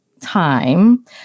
time